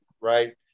right